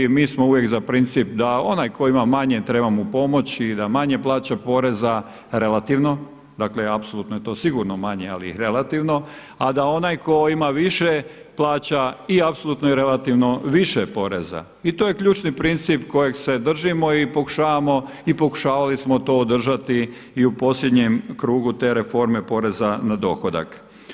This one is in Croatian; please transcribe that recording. Mi smo uvijek za princip da onaj tko ima manje treba mu pomoći i da manje plaća poreza relativno, dakle apsolutno je to sigurno manje, ali relativno, a da onaj tko ima više plaća i apsolutno i relativno više poreza i to je ključni princip kojeg se držimo i pokušavamo i pokušavali smo to održati i u posljednjem krugu te reforme poreza na dohodak.